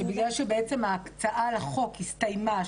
שבגלל שההקצאה לחוק הסתיימה,